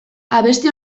abesti